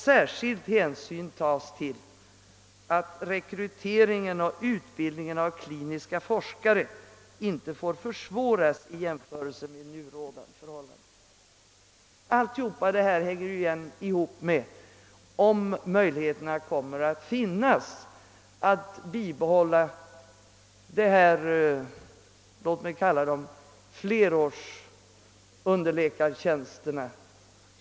Särskild hänsyn skulle då tas till att rekryteringen och utbildningen av kliniska forskare inte får försvåras i jämförelse med nu rådande förhållanden. Allt detta hänger egentligen ihop med möjligheten att bibehålla dessa nämnda flerårsunderläkartjänster.